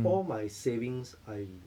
all my savings I